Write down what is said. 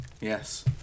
Yes